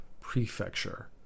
prefecture